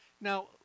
Now